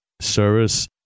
service